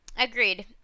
Agreed